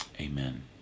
Amen